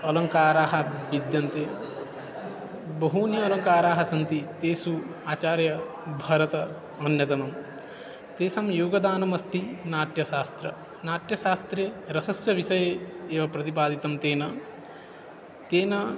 अलङ्काराः विद्यन्ते बहूनि अलङ्काराः सन्ति तेषु आचार्य भरतः अन्यतमः तेषां योगदानमस्ति नाट्यशास्त्रे नाट्यशास्त्रे रसस्य विषये एव प्रतिपादितं तेन तेन